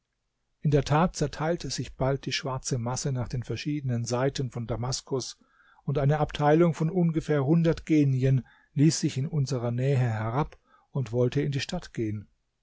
in der tat zerteilte sich bald die schwarze masse nach den verschiedenen seiten von damaskus und eine abteilung von ungefähr hundert genien ließ sich in unserer nähe herab und wollte in die stadt gehen